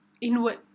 inward